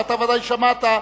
ואתה ודאי שמעת.